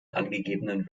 angegebenen